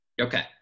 Okay